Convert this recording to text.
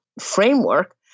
framework